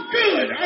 good